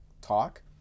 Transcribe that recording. talk